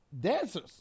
dancers